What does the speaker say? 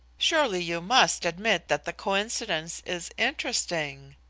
surely you must admit that the coincidence is interesting?